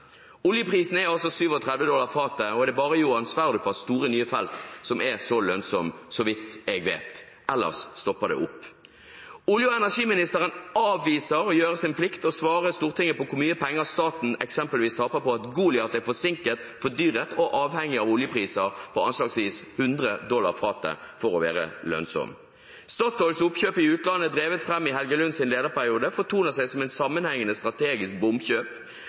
Oljeprisen er altså på 37 dollar fatet, og det er bare Johan Sverdrup av store nye felt som er lønnsomt nok, så vidt jeg vet. Ellers stopper det opp. Olje- og energiministeren avviser å gjøre sin plikt og svare Stortinget på hvor mye penger staten eksempelvis taper på at Goliat er forsinket, fordyret og avhengig av oljepriser på anslagsvis 100 dollar fatet for å være lønnsomt. Statoils oppkjøp i utlandet, drevet fram i Helge Lunds lederperiode, fortoner seg som et sammenhengende strategisk bomkjøp.